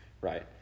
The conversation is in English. right